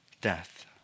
death